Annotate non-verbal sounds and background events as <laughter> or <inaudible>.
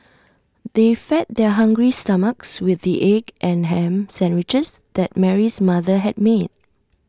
<noise> they fed their hungry stomachs with the egg and Ham Sandwiches that Mary's mother had made